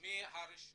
מה-1